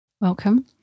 Welcome